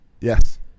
Yes